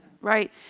Right